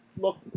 look